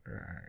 Right